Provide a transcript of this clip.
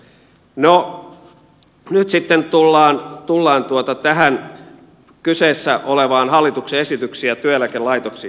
no nyt sitten tullaan tähän kyseessä olevaan hallituksen esitykseen ja työeläkelaitoksiin